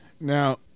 Now